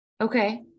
Okay